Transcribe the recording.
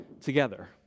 together